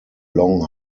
long